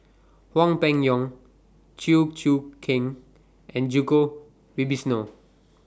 Hwang Peng Yuan Chew Choo Keng and Djoko Wibisono